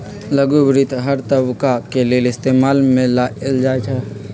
लघु वित्त हर तबका के लेल इस्तेमाल में लाएल जाई छई